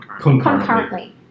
Concurrently